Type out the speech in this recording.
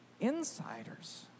insiders